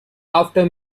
after